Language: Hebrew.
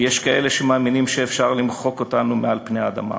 ויש כאלה שמאמינים שאפשר למחוק אותנו מעל פני האדמה.